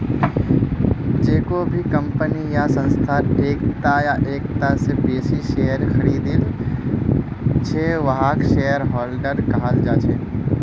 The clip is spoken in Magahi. जेको भी कम्पनी या संस्थार एकता या एकता स बेसी शेयर खरीदिल छ वहाक शेयरहोल्डर कहाल जा छेक